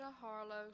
Harlow